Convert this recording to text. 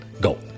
Go